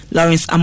Lawrence